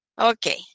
Okay